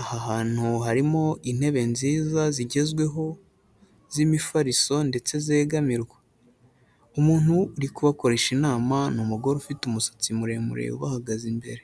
Aha hantu harimo intebe nziza zigezweho z'imifariso ndetse zegamirwa, umuntu uri kubakoresha inama ni umugore ufite umusatsi muremure ubahagaze imbere.